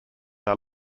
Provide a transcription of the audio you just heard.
are